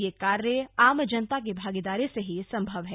यह कार्य आम जनता की भागीदारी से ही सम्भव है